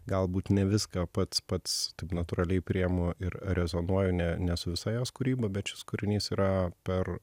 galbūt ne viską pats pats taip natūraliai priėmu ir rezonuoju ne ne su visa jos kūryba bet šis kūrinys yra per